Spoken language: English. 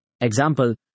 Example